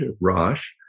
Rosh